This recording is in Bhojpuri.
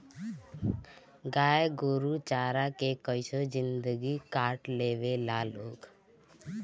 गाय गोरु चारा के कइसो जिन्दगी काट लेवे ला लोग